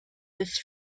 was